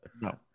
No